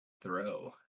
Throw